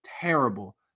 terrible